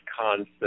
concept